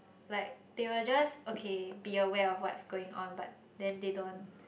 like they will just okay be aware of what's going on but then they don't